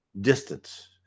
distance